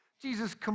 Jesus